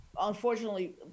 Unfortunately